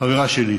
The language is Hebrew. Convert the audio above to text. חברה שלי,